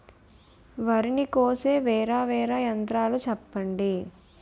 వరి ని కోసే వేరా వేరా యంత్రాలు చెప్పండి?